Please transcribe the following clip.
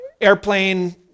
airplane